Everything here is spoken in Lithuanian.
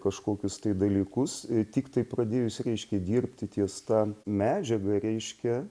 kažkokius tai dalykus tiktai pradėjus reiškia dirbti ties ta medžiaga reiškia